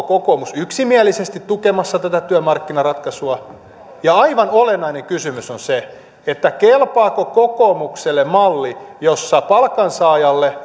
kokoomus yksimielisesti tukemassa tätä työmarkkinaratkaisua ja aivan olennainen kysymys on se kelpaako kokoomukselle malli jossa palkansaajalle